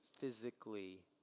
physically